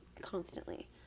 constantly